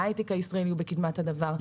ההיי-טק הישראלי הוא בקדמת הדבר הזה.